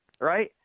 right